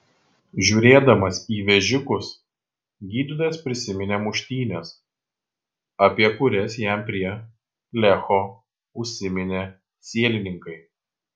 žiūrėdamas į vežikus gydytojas prisiminė muštynes apie kurias jam prie lecho užsiminė sielininkai